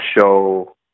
show